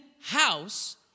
house